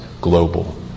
global